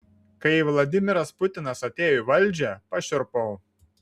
kai vladimiras putinas atėjo į valdžią pašiurpau